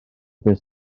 beth